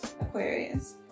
Aquarius